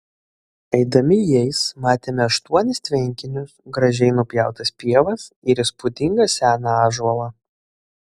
eidami jais matėme aštuonis tvenkinius gražiai nupjautas pievas ir įspūdingą seną ąžuolą